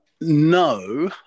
No